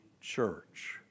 church